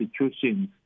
institutions